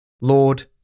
Lord